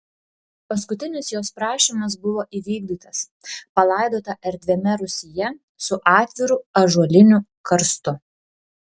paskutinis jos prašymas buvo įvykdytas palaidota erdviame rūsyje su atviru ąžuoliniu karstu